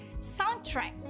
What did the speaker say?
Soundtrack